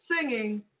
singing